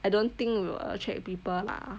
I don't think will attract people lah